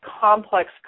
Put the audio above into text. complex